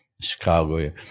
Chicago